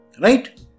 Right